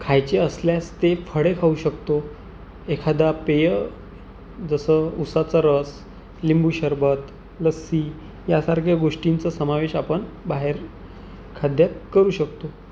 खायचे असल्यास ते फळे खाऊ शकतो एखादा पेय जसं ऊसाचा रस लिंबू सरबत लस्सी यासारख्या गोष्टींचा समावेश आपण बाहेर खाद्यात करू शकतो